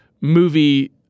movie